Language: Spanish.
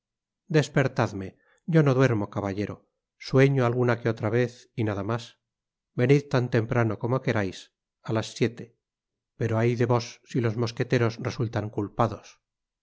despertarme yo no duermo caballero sueño alguna que otra vez y nada mas venid tan temprano como querais á las siete pero ay de vos si los mosqueteros resultan culpados